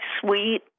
sweet